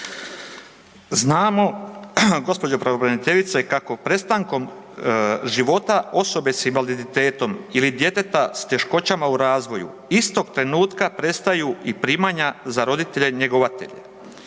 Znamo gđo. pravobraniteljice, kako prestankom života osobe s invaliditetom, ili djeteta s teškoćama u razvoju, istog trenutka prestaju i primanja za roditelje njegovatelje.